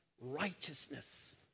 righteousness